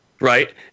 right